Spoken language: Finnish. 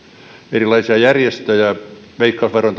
erilaisia järjestöjä veikkausvaroin